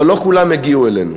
אבל לא כולם הגיעו אלינו.